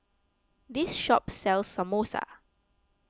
this shop sells Samosa